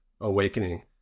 awakening